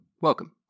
Welcome